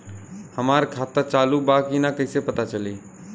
हमार खाता चालू बा कि ना कैसे पता चली?